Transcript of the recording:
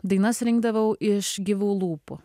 dainas rinkdavau iš gyvų lūpų